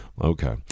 Okay